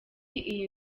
iyi